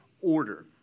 order